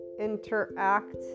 interact